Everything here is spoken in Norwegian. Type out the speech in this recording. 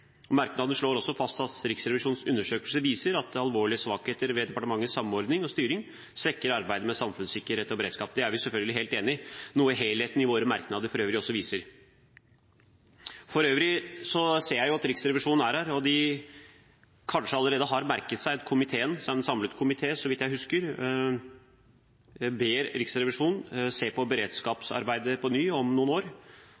i. Merknaden slår også fast at Riksrevisjonens undersøkelse viser at alvorlige svakheter ved departementets samordning og styring svekker arbeidet med samfunnssikkerhet og beredskap. Det er vi selvfølgelig helt enig i, noe helheten i våre merknader for øvrig også viser. Jeg ser for øvrig at Riksrevisjonen er her og kanskje allerede har merket seg at komiteen – en samlet komité så vidt jeg husker – ber Riksrevisjonen se på beredskapsarbeidet på nytt om noen år,